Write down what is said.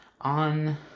on